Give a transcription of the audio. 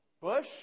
Bush